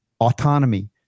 autonomy